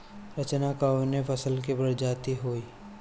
रचना कवने फसल के प्रजाति हयुए?